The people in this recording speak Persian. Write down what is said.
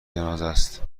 جنازهست